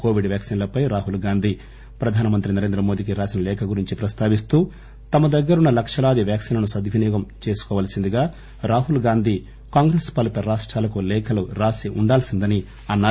Covid వ్యాక్సిన్లపై రాహుల్ గాంధీ ప్రధానమంత్రి నరేంద్రమోదికి రాసిన లేఖ గురించి ప్రస్తావిస్తూ తమ దగ్గరున్న లక్షలాది వ్యాక్సిన్లను సద్వినియోగపరుచుకోవలసిందిగా రాహుల్ గాంధీ కాంగ్రెస్ పాలిత రాష్టాలకు లేఖలు రాసి ఉండాల్సిందని అన్నారు